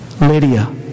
Lydia